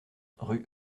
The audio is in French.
rue